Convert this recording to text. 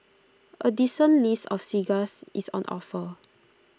A decent list of cigars is on offer